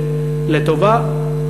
לטובה,